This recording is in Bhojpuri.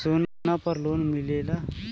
सोना पर लोन मिलेला?